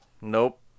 nope